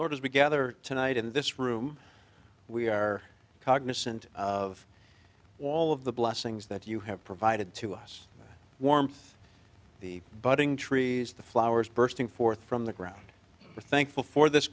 we gather tonight in this room we are cognisant of all of the blessings that you have provided to us warmth the budding trees the flowers bursting forth from the ground thankful for this